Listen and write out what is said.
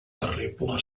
terrible